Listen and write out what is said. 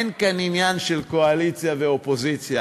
אין כאן עניין של קואליציה ואופוזיציה.